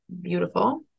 beautiful